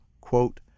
quote